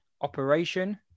Operation